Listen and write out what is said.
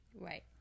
Right